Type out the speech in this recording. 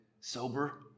sober